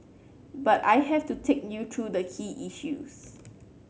but I have to take you through the key issues